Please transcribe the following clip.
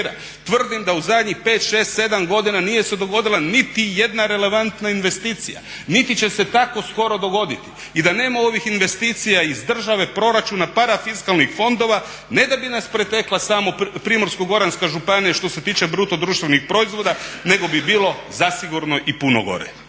Tvrdim da u zadnjih pet, šest, sedam godina nije se dogodila niti jedna relevantna investicija, niti će se tako skoro dogoditi. I da nema ovih investicija iz države, proračuna, parafiskalnih fondova, ne da bi nas pretekla samo Primorsko-goranska županije što se tiče bruto-društvenih proizvoda, nego bi bilo zasigurno i puno gore.